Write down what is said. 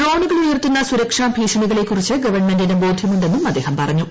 ഡ്രോണുകൾ ഉയർത്തുന്ന സുരക്ഷാഭീഷണികളെക്കുറിച്ച് ഗവൺമെന്റിന് ബോദ്ധ്യമുണ്ടെന്നും അദ്ദേഹം പറഞ്ഞു